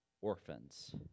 orphans